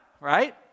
right